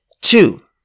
Two